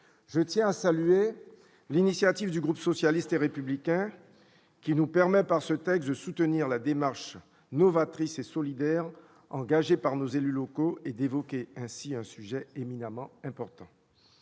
Je tiens à saluer l'initiative du groupe socialiste et républicain qui nous permet, à travers ce texte, de soutenir la démarche novatrice et solidaire engagée par nos élus locaux et d'évoquer ainsi un sujet éminemment important.